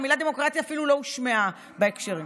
המילה דמוקרטיה אפילו לא הושמעה בהקשרים.